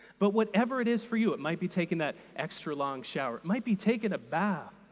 but whatever it is for you it might be taking that extra long shower, it might be taking a bath,